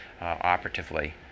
operatively